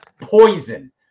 poison